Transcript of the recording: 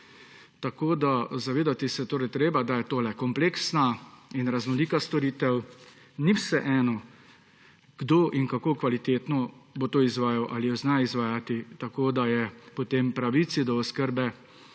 nadzor. Zavedati se je torej treba, da je to kompleksna in raznolika storitev. Ni vseeno, kdo in kako kvalitetno bo to izvajal, ali jo zna izvajati tako, da je potem pravica do oskrbe